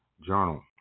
Journal